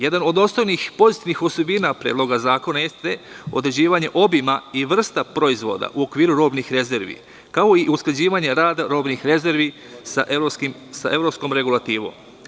Jedan od osnovnih pozitivnih osobina predloga zakona jeste određivanje obima i vrsta proizvoda u okviru robnih rezervi, kao i usklađivanje rada robnih rezervi sa evropskom regulativom.